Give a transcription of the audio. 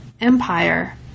Empire